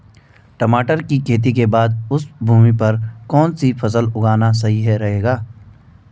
टमाटर की खेती के बाद उस भूमि पर कौन सी फसल उगाना सही रहेगा?